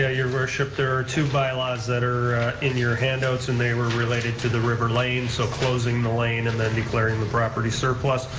yeah your worship, there are two bylaws that are in your handouts and they were related to the river lane, so closing the lane and then declaring the property surplus,